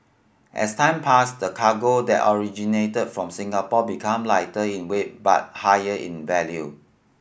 as time passed the cargo that originated from Singapore become lighter in weight but higher in value